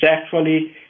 sexually